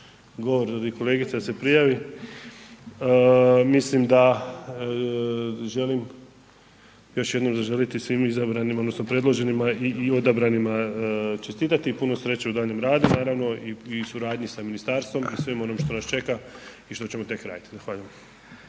kolegice da se prijavi, mislim da želim još jednom zaželiti svim izabranim odnosno predloženima i odabranima čestitati i puno sreće u daljnjem radu, naravno i suradnji sa ministarstvom i svemu onom šta nas čeka i što ćemo tek raditi.